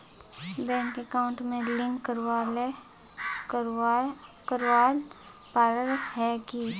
Bank account में link करावेल पारे है की?